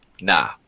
Nah